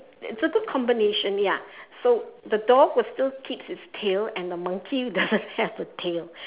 certain combination ya so the dog would still keep its tail and the monkey doesn't have a tail